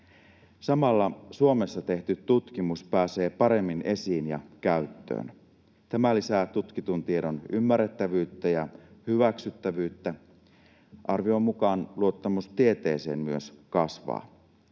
Samalla Suomessa tehty tutkimus pääsee paremmin esiin ja käyttöön. Tämä lisää tutkitun tiedon ymmärrettävyyttä ja hyväksyttävyyttä. Arvion mukaan myös luottamus tieteeseen kasvaa.